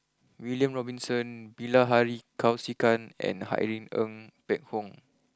William Robinson Bilahari Kausikan and Irene Ng Phek Hoong